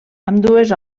ambdues